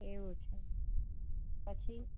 એવું છે પછી